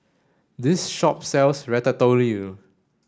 this shop sells Ratatouille